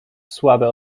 słabe